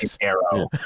arrow